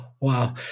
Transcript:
wow